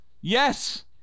Yes